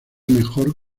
mejor